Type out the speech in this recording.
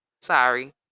Sorry